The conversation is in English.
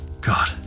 God